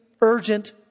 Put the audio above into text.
urgent